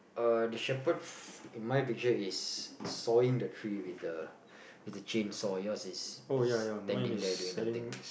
uh shepherd in my picture is sawing the tree with the with the chainsaw yours is standing there doing nothing